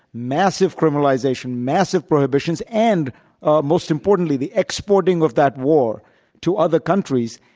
massive criminalization, massive prohibitions, and most importantly the exporting of that war to other countries,